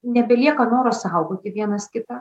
nebelieka noro saugoti vienas kitą